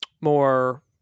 more